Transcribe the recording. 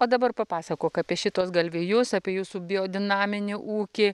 o dabar papasakok apie šituos galvijus apie jūsų biodinaminį ūkį